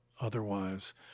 otherwise